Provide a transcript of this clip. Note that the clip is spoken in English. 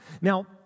Now